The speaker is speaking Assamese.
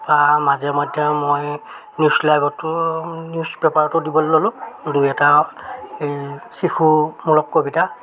বা মাজে মধ্য মই নিউজ লাইভতো নিউজ পেপাৰটো দিবলৈ ল'লোঁ দুই এটা এই শিশুমূলক কবিতা